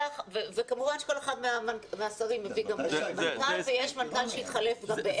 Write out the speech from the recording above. וכמובן שכל אחד מהשרים הביא גם מנכ"ל ויש מנכ"ל שהתחלף גם באמצע.